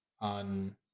on